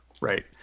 Right